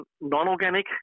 non-organic